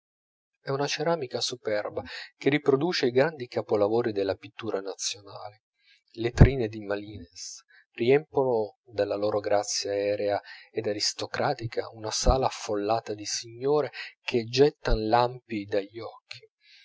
e una ceramica superba che riproduce i grandi capolavori della pittura nazionale le trine di malines riempiono della loro grazia aerea ed aristocratica una sala affollata di signore che gettan lampi dagli occhi